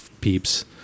Peeps